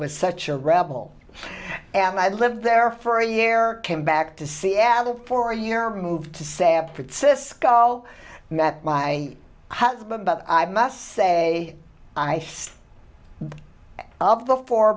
was such a rebel and i lived there for a year came back to seattle for a year moved to san francisco met my husband but i must say i